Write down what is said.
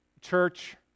church